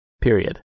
period